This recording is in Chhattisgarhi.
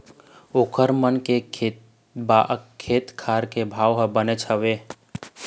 ओखर मन के खेत खार के भाव ह बनेच हवय